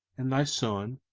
and thy son,